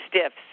Stiffs